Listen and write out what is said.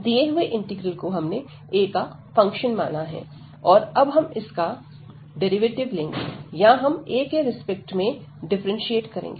दिए हुए इंटीग्रल को हमने a का फंक्शन माना है और अब हम इसका डेरिवेटिव लेंगे या हम a के रिस्पेक्ट में डिफरेंशिएट करेंगे